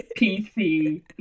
PC